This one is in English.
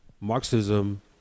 Marxism